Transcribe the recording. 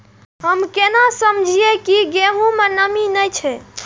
हम केना समझये की गेहूं में नमी ने छे?